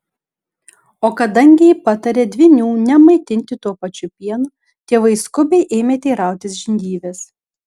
o kadangi ji patarė dvynių nemaitinti tuo pačiu pienu tėvai skubiai ėmė teirautis žindyvės